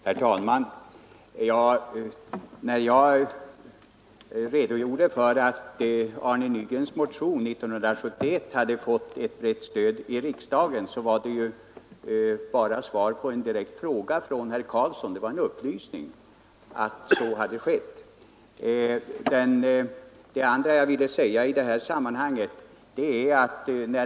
Herr talman! När jag nämnde att Arne Nygrens motion år 1971 hade fått ett brett stöd i riksdagen var det bara en upplysning jag lämnade som svar på en direkt fråga av herr Karlsson i Huskvarna.